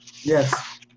Yes